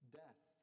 death